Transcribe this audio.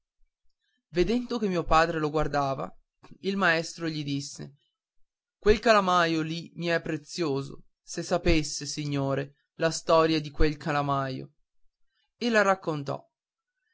vedendo che mio padre lo guardava il maestro gli disse quel calamaio lì mi è prezioso se sapesse signore la storia di quel calamaio e la raccontò